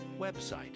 website